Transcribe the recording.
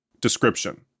Description